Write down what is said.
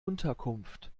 unterkunft